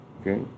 Okay